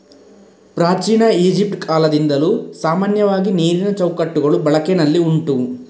ಪ್ರಾಚೀನ ಈಜಿಪ್ಟ್ ಕಾಲದಿಂದಲೂ ಸಾಮಾನ್ಯವಾಗಿ ನೀರಿನ ಚೌಕಟ್ಟುಗಳು ಬಳಕೆನಲ್ಲಿ ಉಂಟು